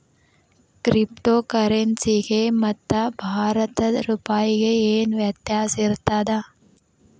Crypto ಕರೆನ್ಸಿಗೆ ಮತ್ತ ಭಾರತದ್ ರೂಪಾಯಿಗೆ ಏನ್ ವ್ಯತ್ಯಾಸಿರ್ತದ?